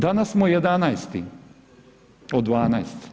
Danas smo 11. od 12.